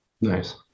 Nice